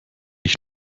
ich